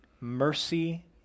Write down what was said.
mercy